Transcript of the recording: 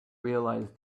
realise